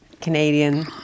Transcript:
Canadian